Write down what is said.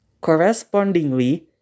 Correspondingly